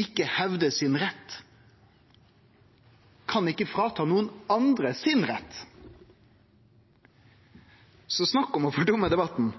ikkje hevdar retten sin, kan ikkje ta frå nokon andre deira rett. Så snakk om å fordumme debatten.